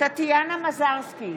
טטיאנה מזרסקי,